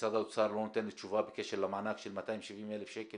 משרד האוצר לא נותן לי תשובה ברורה בקשר למענק של 270,000 שקל.